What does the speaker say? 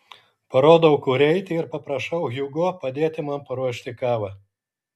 parodau kur eiti ir paprašau hugo padėti man paruošti kavą